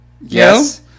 Yes